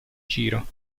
giro